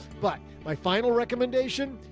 but my final recommendation,